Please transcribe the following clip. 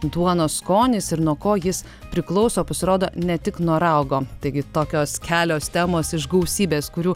duonos skonis ir nuo ko jis priklauso pasirodo ne tik nuo raugo taigi tokios kelios temos iš gausybės kurių